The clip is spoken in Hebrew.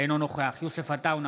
אינו נוכח יוסף עטאונה,